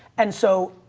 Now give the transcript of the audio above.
and so,